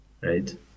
right